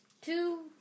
two